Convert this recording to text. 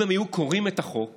אם הם היו קוראים את החוק